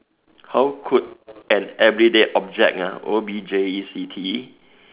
how could an everyday object ah O B J E C T